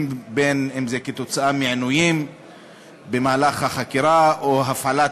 אם כתוצאה מעינויים במהלך החקירה או מהפעלת